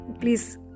please